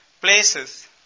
places